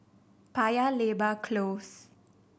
Paya Lebar Close